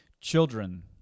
Children